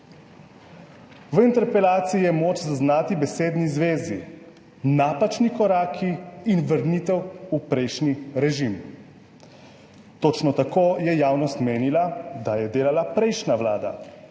V interpelaciji je moč zaznati besedni zvezi – napačni koraki in vrnitev v prejšnji režim. Točno tako je javnost menila, da je delala prejšnja vlada